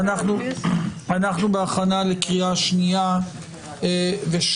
אנחנו בהכנה לקריאה שנייה ושלישית.